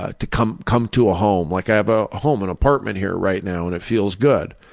ah to come come to a home. like i have a home, an apartment here right now and it feels good.